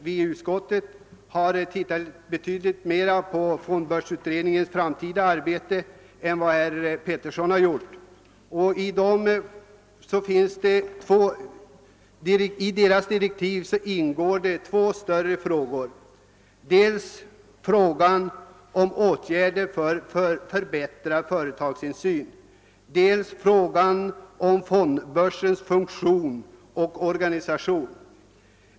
Vi har inom utskottet studerat fondbörsutredningens framtida arbete betydligt närmare än herr Pettersson har gjort. I dess direktiv ingår två större frågor, dels frågan om åtgärder för förbättrad företagsinsyn, dels frågan om fondbörsens funktion och organisation.